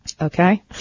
Okay